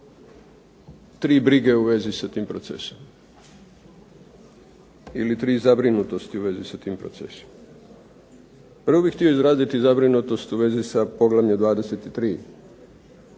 tri brige u vezi sa tim procesom ili tri zabrinutosti u vezi sa tim procesom. Prvo bih htio izraziti zabrinutost u vezi sa poglavljem 23.,